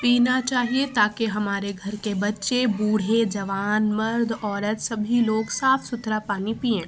پینا چاہیے تاکہ ہمارے گھر کے بچے بوڑھے جوان مرد عورت سبھی لوگ صاف ستھرا پانی پئیں